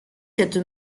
cette